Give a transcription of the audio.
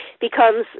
becomes